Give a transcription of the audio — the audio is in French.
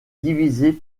divisée